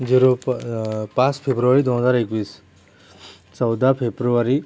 zero प पाच फेब्रुवारी दोन हजार एकवीस चौदा फेप्रुवारी